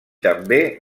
també